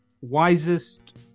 wisest